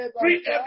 Free